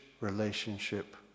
relationship